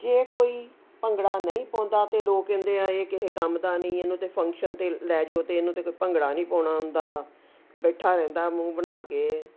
ਜੇ ਕੋਈ ਭੰਗੜਾ ਨਹੀਂ ਪਾਉਂਦਾ ਤਾਂ ਲੋਕ ਕਹਿੰਦੇ ਆ ਇਹ ਕਿਸੇ ਕੰਮ ਦਾ ਨਹੀਂ ਇਹਨੂੰ ਤਾਂ ਫੰਕਸ਼ਨ 'ਤੇ ਲੈ ਜਾਓ ਅਤੇ ਇਹਨੂੰ ਤਾਂ ਭੰਗੜਾ ਨਹੀਂ ਪਾਉਣਾ ਆਉਂਦਾ ਬੈਠਾ ਰਹਿੰਦਾ ਮੂੰਹ ਬਣਾ ਕੇ